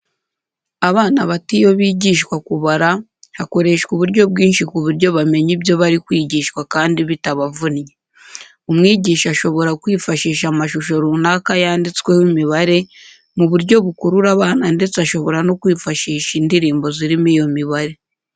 Abana bato iyo bigishwa kubara hakoreshwa uburyo bwinshi ku buryo bamenya ibyo bari kwigishwa kandi bitabavunnye. Umwigisha ashobora kwifashisha amashusho runaka yanditsweho imibare mu buryo bukurura abana ndetse ashobora no kwifashisha indirimbo zirimo iyo mibare.